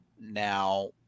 Now